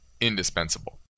indispensable